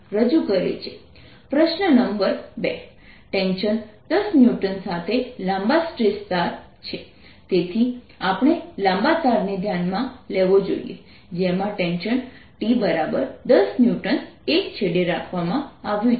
પ્રશ્ન નંબર 2 tension 10 newton સાથે લાંબા સ્ટ્રેસ તાર છે તેથી આપણે લાંબા તારને ધ્યાનમાં લેવો જોઈએ જેમાં ટેન્શન T10 N એક છેડે રાખવામાં આવ્યું છે